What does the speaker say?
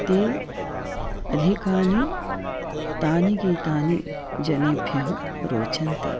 ते अधिकानि तानि गीतानि जनेभ्यः रोचन्ते